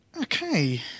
Okay